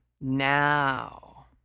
Now